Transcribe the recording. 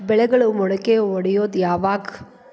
ಬೆಳೆಗಳು ಮೊಳಕೆ ಒಡಿಯೋದ್ ಯಾವಾಗ್?